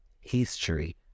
history